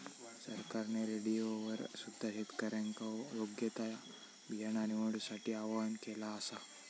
सरकारने रेडिओवर सुद्धा शेतकऱ्यांका योग्य ता बियाणा निवडूसाठी आव्हाहन केला आसा